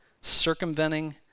circumventing